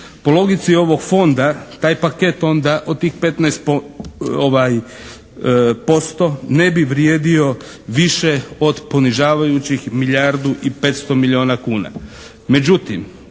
Po logici ovog Fonda taj paket onda od tih 15% ne bi vrijedio više od ponižavajućih milijardu i 500 milijuna kuna.